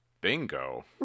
Bingo